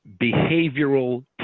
behavioral